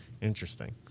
Interesting